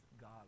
God